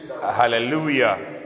Hallelujah